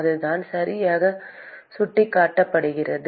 அதுதான் சரியாகச் சுட்டிக்காட்டப்படுகிறது